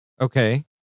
Okay